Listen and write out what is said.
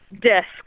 desk